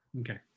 Okay